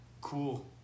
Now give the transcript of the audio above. cool